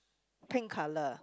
pink colour